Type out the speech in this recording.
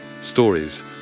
stories